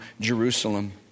Jerusalem